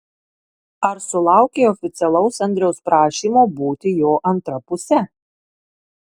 ar sulaukei oficialaus andriaus prašymo būti jo antra puse